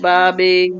Bobby